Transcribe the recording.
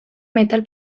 metal